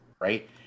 right